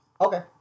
Okay